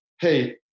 Hey